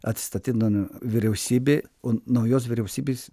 atsistatydino vyriausybė o naujos vyriausybės